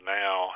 now